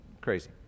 crazy